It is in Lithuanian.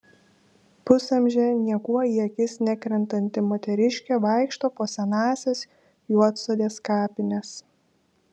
pusamžė niekuo į akis nekrentanti moteriškė vaikšto po senąsias juodsodės kapines